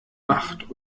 macht